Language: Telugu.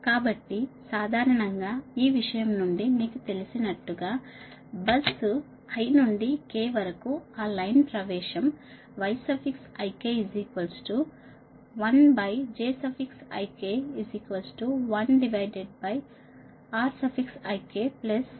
కాబట్టి సాధారణంగా ఈ విషయం నుండి మీకు తెలిసినట్లుగా బస్సు i నుండి k వరకు ఆ లైన్ ప్రవేశం yik1zik1rikj